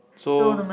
so